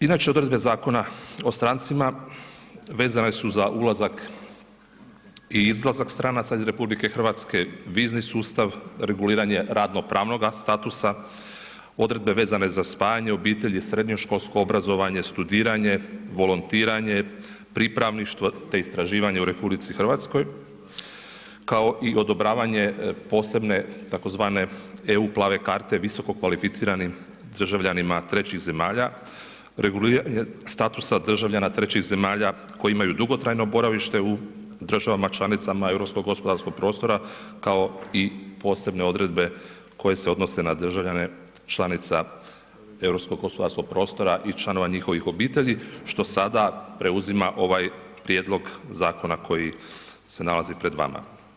Inače odredbe Zakona o strancima vezane su za ulazak i izlazak stranaca iz RH, vizni sustav, reguliranje radno-pravnoga statusa, odredbe vezane za spajanje obitelji, srednjoškolsko obrazovanje, studiranje, volontiranje, pripravništvo, te istraživanje u RH, kao i odobravanje posebne tzv. EU plave karte, visokokvalificiranim državljanima trećih zemalja, reguliranje statusa državljana trećih zemalja koji imaju dugotrajno boravište u državama članicama europsko-gospodarskog prostora, kao i posebne odredbe koje se odnose na državljane članica europsko-gospodarskog prostora i članova njihovih obitelji, što sada preuzima ovaj prijedlog zakona koji se nalazi pred vama.